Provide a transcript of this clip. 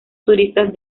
turistas